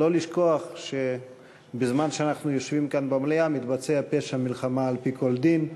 לא לשכוח שבזמן שאנחנו יושבים כאן במליאה מתבצע פשע מלחמה על-פי כל דין,